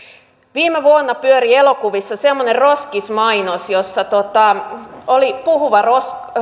viime vuonna pyöri elokuvissa semmoinen roskismainos jossa oli puhuva roskis